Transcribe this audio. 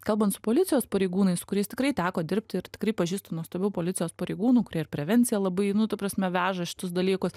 kalbant su policijos pareigūnais su kuriais tikrai teko dirbti ir tikrai pažįstu nuostabių policijos pareigūnų kurie ir prevenciją labai nu ta prasme veža šitus dalykus